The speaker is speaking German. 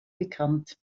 bekannt